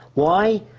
why?